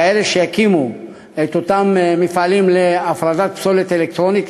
כאלה שיקימו את אותם מפעלים להפרדת פסולת אלקטרונית.